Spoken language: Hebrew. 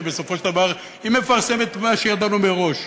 שבסופו של דבר מפרסמת מה שידענו מראש.